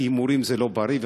כי הימורים זה לא בריא,